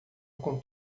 com